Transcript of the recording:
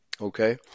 Okay